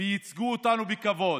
וייצגו אותנו בכבוד,